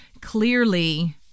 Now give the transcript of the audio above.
clearly